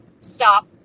stop